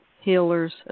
Healers